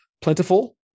plentiful